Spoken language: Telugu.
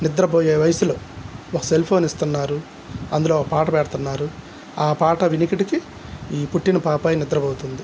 నిద్రపోయే వయసులో ఒక సెల్ఫోన్ ఇస్తున్నారు అందులో ఒక పాట పాడుతున్నారు ఆ పాట వినికిడికి ఈ పుట్టిన పాపాయి నిద్రబోతుంది